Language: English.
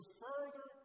further